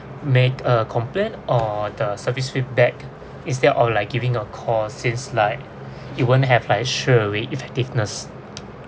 make a complaint or the service feedback is there or like giving a call since like you won't have like straight away effectiveness